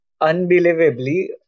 unbelievably